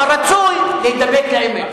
אבל רצוי להידבק לאמת.